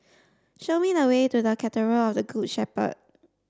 show me the way to the Cathedral of the Good Shepherd